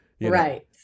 right